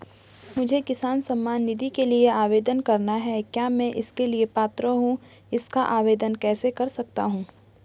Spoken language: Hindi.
मुझे किसान सम्मान निधि के लिए आवेदन करना है क्या मैं इसके लिए पात्र हूँ इसका आवेदन कैसे कर सकता हूँ?